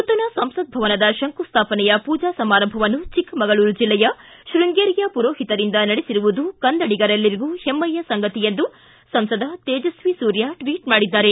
ನೂತನ ಸಂಸತ್ ಭವನದ ಶಂಕುಸ್ಥಾಪನೆಯ ಪೂಜಾ ಸಮಾರಂಭವನ್ನು ಚಿಕ್ಕಮಗಳೂರು ಜಲ್ಲೆಯ ಶೃಂಗೇರಿಯ ಪುರೋಹಿತರಿಂದ ನಡೆಸಿರುವುದು ಕನ್ನಡಿಗರೆಲ್ಲರಿಗೂ ಹೆಮ್ಮೆಯ ಸಂಗತಿ ಎಂದು ಸಂಸದ ತೇಜಸ್ವಿ ಸೂರ್ಯ ಟ್ವಿಟ್ ಮಾಡಿದ್ದಾರೆ